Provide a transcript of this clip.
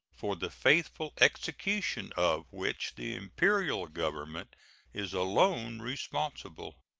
for the faithful execution of which the imperial government is alone responsible.